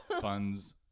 funds